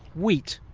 wheat?